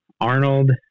Arnold